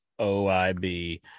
oib